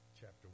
chapter